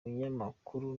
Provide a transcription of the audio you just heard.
binyamakuru